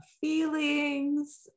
feelings